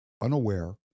unaware